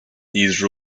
these